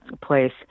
place